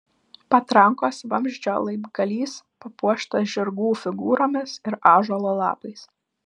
patrankos vamzdžio laibgalys papuoštas žirgų figūromis ir ąžuolo lapais